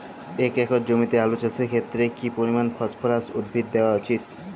এক একর জমিতে আলু চাষের ক্ষেত্রে কি পরিমাণ ফসফরাস উদ্ভিদ দেওয়া উচিৎ?